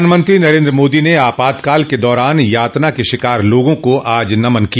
प्रधानमंत्री नरेन्द्र मोदी ने आपातकाल के दौरान यातना के शिकार लोगों को आज नमन किया